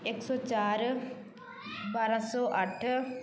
ਇੱਕ ਸੌ ਚਾਰ ਬਾਰਾਂ ਸੌ ਅੱਠ